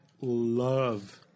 love